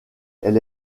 elle